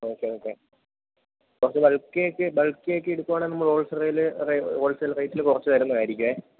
okay okay കുറച്ച് ബൾക്കിയാക്കി ബൾക്കിയാക്കി എടുക്കുകയാണെങ്കില് നമ്മള് ഹോൾസെയില് ഹോൾസെയില് റേറ്റില് കുറച്ച് തരുന്നതായിരിക്കും